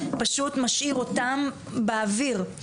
פשוט משאיר אותם באוויר.